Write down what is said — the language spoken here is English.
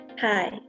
Hi